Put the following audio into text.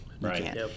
right